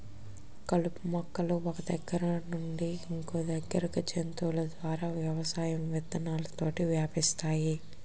కలుపు మొక్కలు ఒక్క దగ్గర నుండి ఇంకొదగ్గరికి జంతువుల ద్వారా వ్యవసాయం విత్తనాలతోటి వ్యాపిస్తాయి